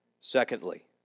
Secondly